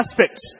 aspects